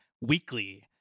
weekly